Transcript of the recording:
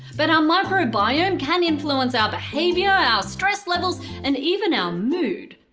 but our microbiome can influence our behavior, our stress levels and even our mood.